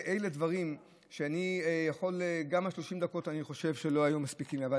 אלה דברים שגם 30 דקות אני חושב שלא היו מספיקות לי בשבילם,